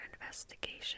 investigation